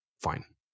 Fine